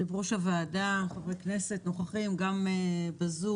יושב ראש הוועדה, חברי כנסת, נוכחים, גם בזום,